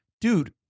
dude